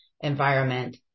environment